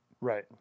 Right